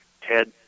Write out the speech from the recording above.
Ted